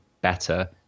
better